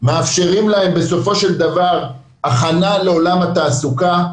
מאפשרים להם בסופו של דבר הכנה לעולם התעסוקה.